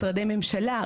משרדי ממשלה,